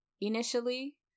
initially